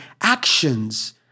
actions